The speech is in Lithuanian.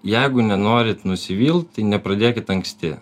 jeigu nenorit nusivilt tai nepradėkit anksti